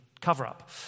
cover-up